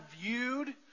viewed